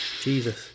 Jesus